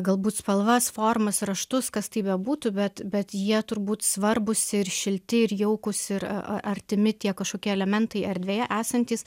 galbūt spalvas formas raštus kas tai bebūtų bet bet jie turbūt svarbūs ir šilti ir jaukūs ir artimi tie kažkokie elementai erdvėje esantys